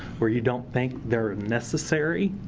where you don't think they're necessary.